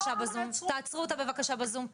--- תעצרו אותה בבקשה בזום.